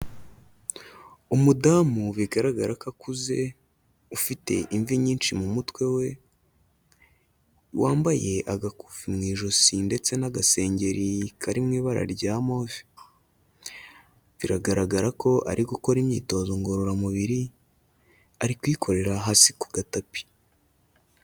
Umudamu bigaragara ko akuze ufite imvi nyinshi mu mutwe we, wambaye agakufi mu ijosi ndetse n'agasengeri kari mu ibara rya move, biragaragara ko ari gukora imyitozo ngororamubiri ari kuyikorera hasi ku gatapi.